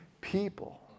people